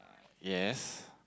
yes